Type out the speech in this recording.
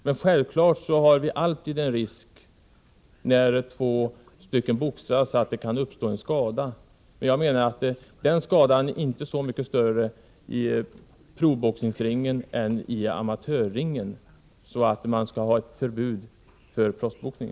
Det finns självfallet alltid en risk när två personer boxas för att det kan uppstå en skada, men jag menar att den risken inte är så mycket större i proffsboxningsringen än i amatörringen att man skall ha ett förbud för proffsboxning.